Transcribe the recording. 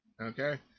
okay